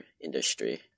industry